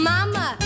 Mama